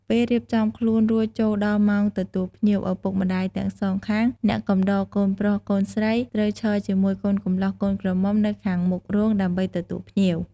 ពេលរៀបចំខ្លួនរួចចូលដល់ម៉ោងទទួលភ្ញៀវ ឪពុកម្តាយទាំងសងខាង អ្នកកំដរកូនប្រុសកូនស្រីត្រូវឈរជាមួយកូនកម្លោះកូនក្រមុំនៅខាងមុខរោងដើម្បីទទួលភ្ញៀវ។